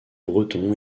breton